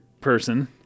person